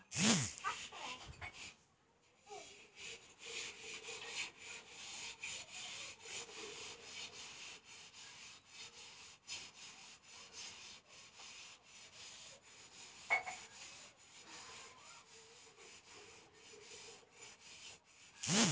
बहुत बड़ा के मसीन ट्रेक्टर जइसन होला